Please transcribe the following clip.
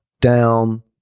down